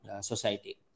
society